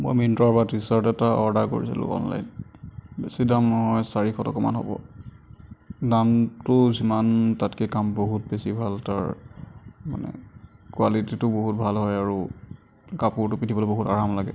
মই মিণ্ট্ৰাৰ পৰা টি চাৰ্ট এটা অৰ্ডাৰ কৰিছিলোঁ অনলাইন বেছি দাম নহয় চাৰিশ টকামান হ'ব দামটো যিমান তাতকৈ কাম বহুত বেছি ভাল তাৰ মানে কুৱালিটিটো বহুত ভাল হয় আৰু কাপোৰটো পিন্ধিবলৈ বহুত আৰাম লাগে